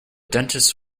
dentist